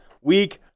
week